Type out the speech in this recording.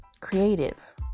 creative